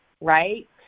right